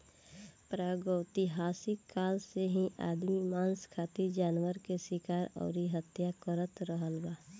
प्रागैतिहासिक काल से ही आदमी मांस खातिर जानवर के शिकार अउरी हत्या करत आ रहल बा